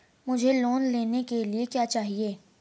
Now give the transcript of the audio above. मुझे लोन लेने के लिए क्या चाहिए?